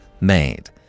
made